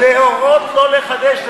להורות לא לחדש.